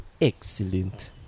excellent